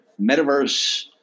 metaverse